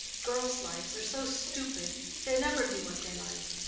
girls' lives are so stupid they never do what they like.